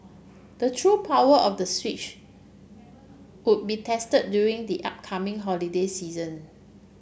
the true power of the Switch would be tested during the upcoming holiday season